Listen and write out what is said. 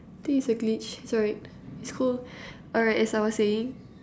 think is a glitch it's alright it's cool alright as I was saying